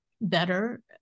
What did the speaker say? better